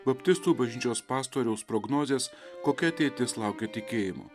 baptistų bažnyčios pastoriaus prognozės kokia ateitis laukia tikėjimo